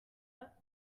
pas